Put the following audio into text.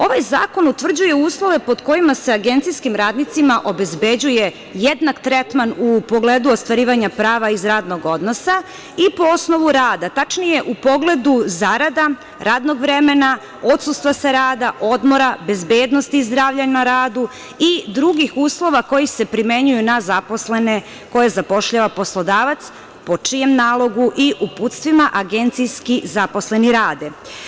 Ovaj zakon utvrđuje uslove pod kojima se agencijskim radnicima obezbeđuje jednak tretman u pogledu ostvarivanja prava iz radnog odnosa i po osnovu rada, tačnije u pogledu zarada, radnog vremena, odsustva sa rada, odmora, bezbednosti i zdravlja na radu i drugih uslova koji se primenjuju na zaposlene koje zapošljava poslodavac, po čijem nalogu i uputstvima agencijski zaposleni rade.